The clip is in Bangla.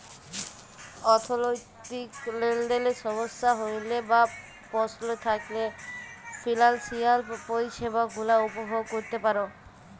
অথ্থলৈতিক লেলদেলে সমস্যা হ্যইলে বা পস্ল থ্যাইকলে ফিলালসিয়াল পরিছেবা গুলা উপভগ ক্যইরতে পার